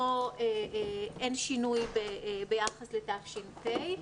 אין שינוי ביחס לתש"ף,